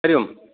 Hari Om